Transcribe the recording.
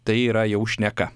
tai yra jau šneka